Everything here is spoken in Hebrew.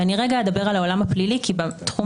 ורגע אדבר על העולם הפלילי כי בתחום